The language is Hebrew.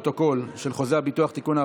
הצעת חוק חוזה ביטוח (תיקון,